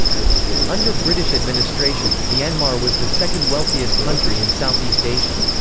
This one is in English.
under british administration, myanmar was the second-wealthiest country in south-east asia.